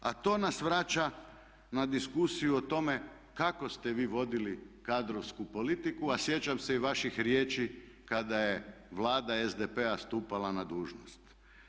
A to nas vraća na diskusiju o tome kako ste vi vodili kadrovsku politiku a sjećam se i vaših riječi kada je Vlada SDP-a stupala na dužnost.